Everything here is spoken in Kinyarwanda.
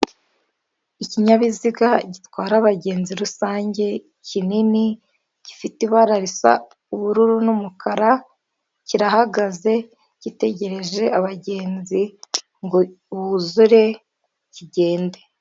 Ikinyabiziga gitwara abagenzi rusange kinini gifite ibara risa ubururu n'umukara kirahagaze gitegereje abagenzi ngo buzure kigende.